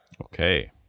Okay